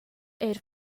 eir